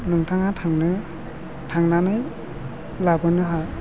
नोंथाङा थांनो थांनानै लाबोनो हा